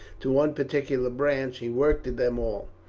to one particular branch, he worked at them all,